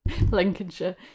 Lincolnshire